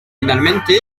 finalmente